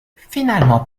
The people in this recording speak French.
finalement